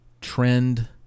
trend